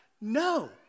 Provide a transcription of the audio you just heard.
No